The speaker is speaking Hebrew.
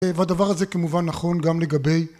והדבר הזה כמובן נכון גם לגבי